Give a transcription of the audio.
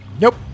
Nope